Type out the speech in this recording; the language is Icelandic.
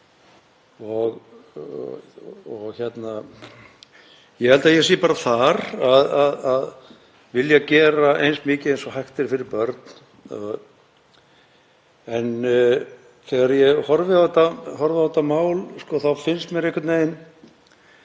Ég held að ég sé bara þar að vilja gera eins mikið og hægt er fyrir börn. En þegar ég horfi á þetta mál finnst mér það einhvern veginn